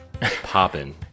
popping